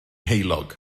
heulog